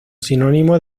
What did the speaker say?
sinónimo